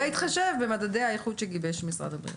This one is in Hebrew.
שבהתחשב במדדי האיכות שגיבש משרד הבריאות,